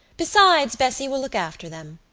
besides, bessie will look after them.